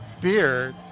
beer